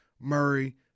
Murray